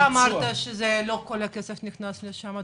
אמרת שלא כל הכסף נכנס לשם.